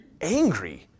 angry